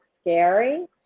scary